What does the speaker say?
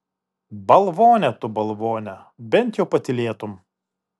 balvone tu balvone bent jau patylėtum